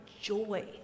joy